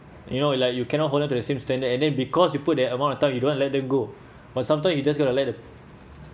you know like you cannot hold them to the same standard and then because you put that amount of time you don't let them go but sometimes you just gonna to let them